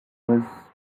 was